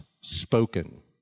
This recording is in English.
spoken